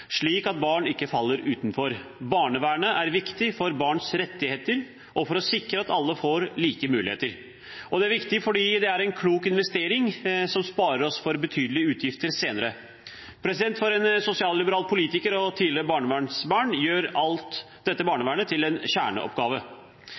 slik at barn ikke faller utenfor. Barnevernet er viktig for barns rettigheter og for å sikre at alle får like muligheter. Det er viktig fordi det er en klok investering som sparer oss for betydelige utgifter senere. For en sosialliberal politiker som tidligere er barnevernsbarn, gjør alt dette